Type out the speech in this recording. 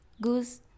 goose